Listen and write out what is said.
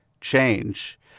change